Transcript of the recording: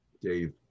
dave